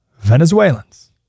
Venezuelans